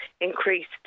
increased